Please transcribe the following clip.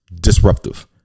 disruptive